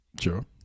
Sure